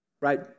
right